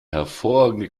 hervorragende